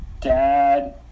dad